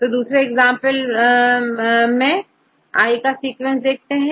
तो दूसरे एग्जांपल मेंI का सीक्वेंस है